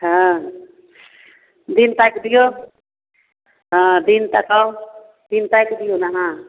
हँ दिन ताकि दियौ हँ दिन तकाउ दिन ताकि दियौ ने अहाँ